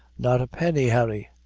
not a penny, harry.